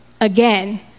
again